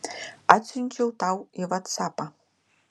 atsiunčiau tau į vatsapą